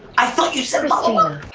i thought you said malone